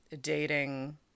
dating